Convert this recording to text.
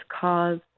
cause